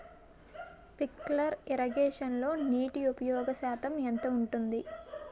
Sprinkler ఇరగేషన్లో నీటి ఉపయోగ శాతం ఎంత ఉంటుంది?